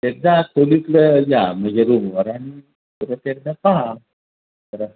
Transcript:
एकदा खोलीतलं या म्हणजे रूमवर हां परत एकदा पाहा जरा